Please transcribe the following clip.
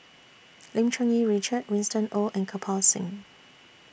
Lim Cherng Yih Richard Winston Oh and Kirpal Singh